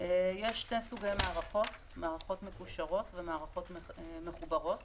יש שני סוגי מערכות: מערכות מקושרות ומערכות מחוברות.